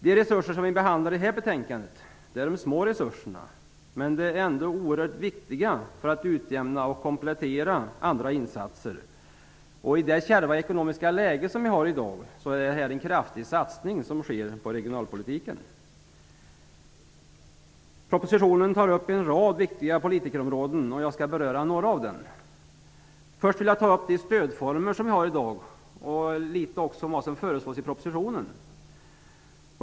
De resurser som vi behandlar i detta betänkande är de små resurserna, men ändå oerhört viktiga för att utjämna och komplettera andra insatser. I det kärva ekonomiska läge vi har i dag så sker här en kraftig satsning på regionalpolitiken. Propositionen tar upp en rad viktiga områden. Jag skall beröra några. Först vill jag ta upp de stödformer vi har i dag och tala litet om vad som föreslås i propositionen.